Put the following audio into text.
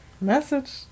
Message